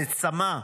לצמא.